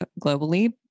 globally